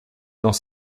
dans